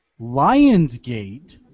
Lionsgate